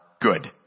good